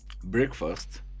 Breakfast